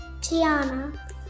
Tiana